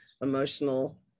emotional